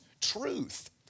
truth